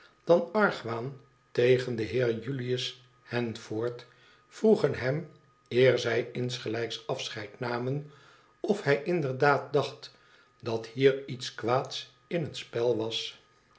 dan argwaan tegen den heer julius handford vroegen hem eer zij insgelijks afscheid namen of hij inderdaad dacht dat hier iets kwaads in het spel was